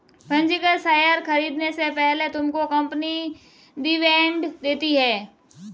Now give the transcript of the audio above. पंजीकृत शेयर खरीदने से पहले तुमको कंपनी डिविडेंड देती है